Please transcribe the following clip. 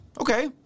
okay